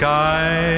Sky